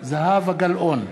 זהבה גלאון,